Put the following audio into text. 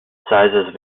sizes